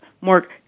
more